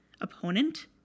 opponent